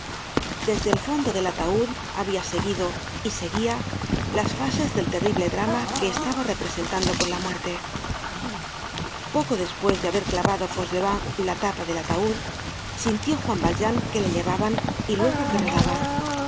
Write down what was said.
desde el fondo del ataud habia seguido y seguía las fases del terrible drama que estaba representando con la muerte poco despues de haber clavado fauchelevent la tapa del ataud sintió juan valjean que le llevaban y luego que rodaba